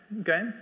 okay